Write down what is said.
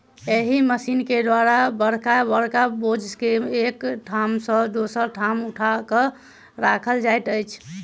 एहि मशीन के द्वारा बड़का बड़का बोझ के एक ठाम सॅ दोसर ठाम उठा क राखल जाइत अछि